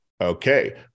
Okay